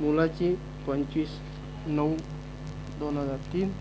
मुलाची पंचवीस नऊ दोन हजार तीन